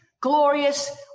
glorious